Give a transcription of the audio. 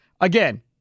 Again